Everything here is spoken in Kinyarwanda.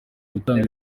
gutanga